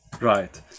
right